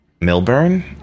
Milburn